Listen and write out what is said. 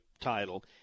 title